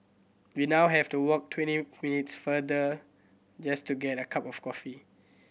we now have to walk twenty minutes farther just to get a cup of coffee